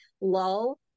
lull